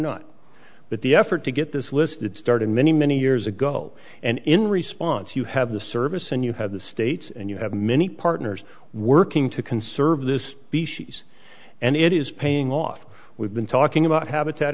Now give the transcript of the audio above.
not but the effort to get this list it started many many years ago and in response you have the service and you have the states and you have many partners working to conserve this species and it is paying off we've been talking about habitat